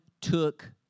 took